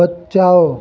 बचाओ